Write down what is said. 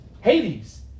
Hades